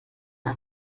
das